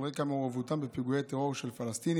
על רקע מעורבותם בפיגועי טרור של פלסטינים